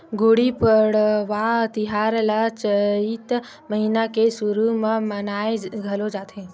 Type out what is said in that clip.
गुड़ी पड़वा तिहार ल चइत महिना के सुरू म मनाए घलोक जाथे